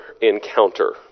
encounter